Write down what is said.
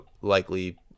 likely